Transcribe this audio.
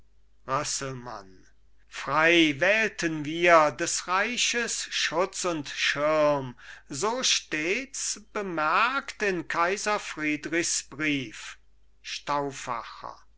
frei wählten wir des reiches schutz und schirm so steht's bemerkt in kaiser friedrichs brief